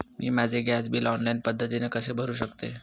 मी माझे gas bill online पद्धतीने कसे भरु शकते?